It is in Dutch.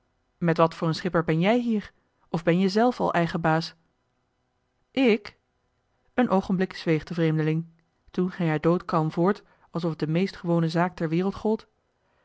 met wat voor een schipper ben jij hier of ben-je zelf al eigen baas ik een oogenblik zweeg de vreemdeling toen ging hij doodkalm voort alsof het de meest gewone zaak ter wereld gold